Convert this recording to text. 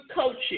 coaching